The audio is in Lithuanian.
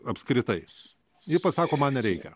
apskritai ji pasako man reikia